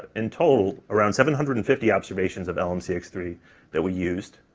in total, around seven hundred and fifty observations of lmc x three that we used.